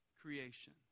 creation